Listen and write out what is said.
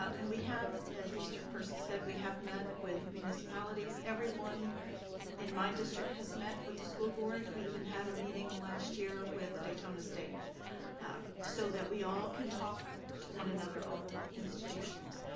and we have, as mr. persis said, we have met with municipalities. everyone in my district has met with the school board. we even had a meeting last year with daytona state so that we all can talk to one another, all the institutions.